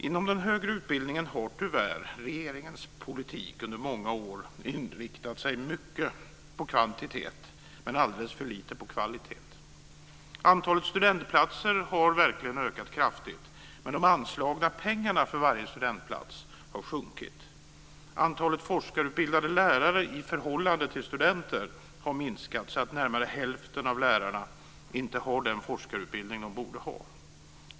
Inom den högre utbildningen har tyvärr regeringens politik under många år inriktat sig mycket på kvantitet men alldeles för lite på kvalitet. Antalet studentplatser har verkligen ökat kraftigt, men de anslagna pengarna för varje studentplats har minskat. Antalet forskarutbildade lärare i förhållande till studenter har minskat, så att närmare hälften av lärarna inte har den forskarutbildning som de borde ha.